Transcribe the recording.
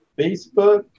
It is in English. Facebook